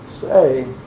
say